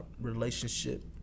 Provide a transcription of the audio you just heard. relationship